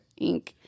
Inc